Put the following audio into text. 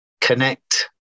connect